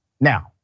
Now